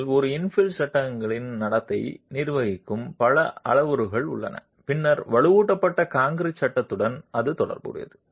ஏனெனில் ஒரு இன்ஃபில் சட்டங்களின் நடத்தை நிர்வகிக்கும் பல அளவுருக்கள் உள்ளன பின்னர் வலுவூட்டப்பட்ட கான்கிரீட் சட்டத்துடன் அதன் தொடர்பு